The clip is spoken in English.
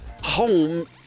home